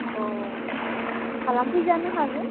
अ खालामफैजानो हागोन